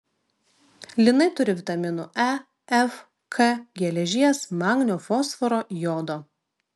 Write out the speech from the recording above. linai turi vitaminų e f k geležies magnio fosforo jodo